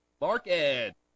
Market